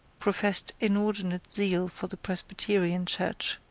professed inordinate zeal for the presbyterian church,